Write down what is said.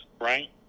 right